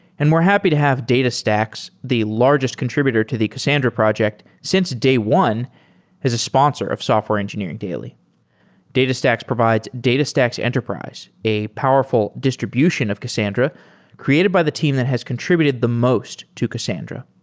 and we're happy to have datastax, the largest contributed to the cassandra project since day one as a sponsor of software engineering daily datastax provides datastax enterprise, enterprise, a powerful distribution of cassandra created by the team that has contributed the most to cassandra.